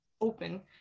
open